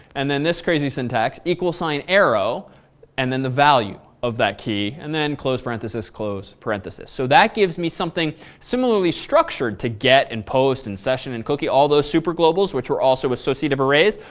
and then this crazy syntax equal sign arrow and then the value of that key and then close parenthesis, close parenthesis. so that gives me something similarly structured to get and post and session and cookie, all those superglobals which were also associative arrays.